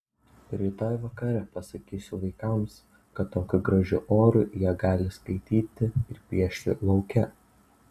rytoj vakare pasakysiu vaikams kad tokiu gražiu oru jie gali skaityti ir piešti lauke